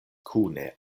kune